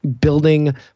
building –